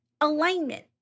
alignment